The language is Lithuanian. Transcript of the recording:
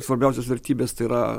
svarbiausios vertybės tai yra